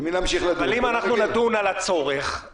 לא, אנחנו קיימנו דיון על הצעת החוק.